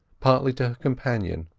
partly to her companion,